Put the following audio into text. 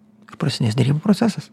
ir prasidės derybų procesas